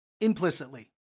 implicitly